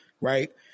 right